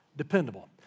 dependable